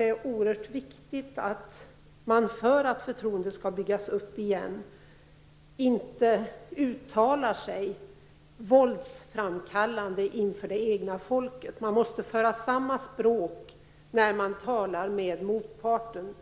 Det är viktigt att inte uttala sig på ett våldsframkallande sätt inför det egna folket, för att bygga upp ett förtroende igen. Man måste använda samma språk inför det egna folket som när man talar med motparten.